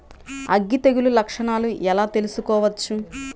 అగ్గి తెగులు లక్షణాలను ఎలా తెలుసుకోవచ్చు?